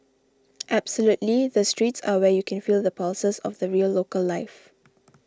absolutely the streets are where you can feel the pulses of the real local life